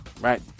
Right